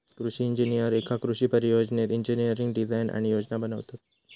कृषि इंजिनीयर एका कृषि परियोजनेत इंजिनियरिंग डिझाईन आणि योजना बनवतत